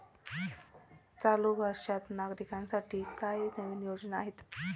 चालू वर्षात नागरिकांसाठी काय नवीन योजना आहेत?